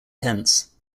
tense